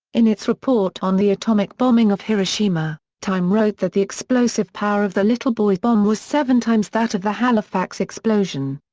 in its report on the atomic bombing of hiroshima, time wrote that the explosive power of the little boy bomb was seven times that of the halifax explosion.